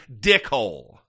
dickhole